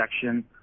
section